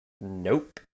nope